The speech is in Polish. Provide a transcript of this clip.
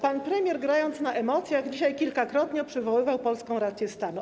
Pan premier, grając na emocjach, dzisiaj kilkakrotnie przywoływał polską rację stanu.